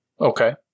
Okay